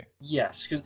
yes